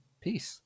peace